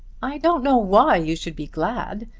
i don't know why you should be glad.